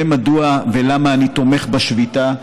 זה מדוע ולמה אני תומך בשביתה,